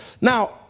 Now